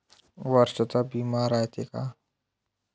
वर्षाचा बिमा रायते का?